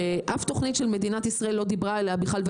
שאף תכנית של מדינת ישראל לא דיברה עליה בכלל,